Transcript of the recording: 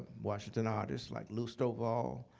washington artists, like lou stovall,